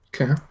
Okay